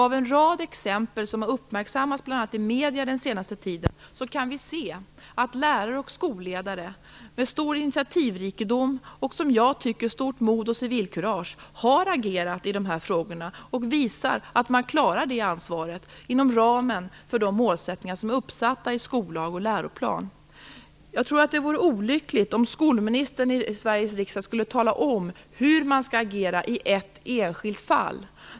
Av en rad exempel som har uppmärksammats, bl.a. i massmedierna, den senaste tiden kan vi se att lärare och skolledare med stor initiativrikedom och - som jag tycker - stort mod och civilkurage har agerat i de här frågorna och visat att man klarar det ansvaret inom ramen för de målsättningar som är uppsatta i skollag och läroplan. Jag tror att det vore olyckligt om skolministern i Sveriges riksdag skulle tala om hur man skall agera i ett enskilt fall.